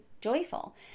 joyful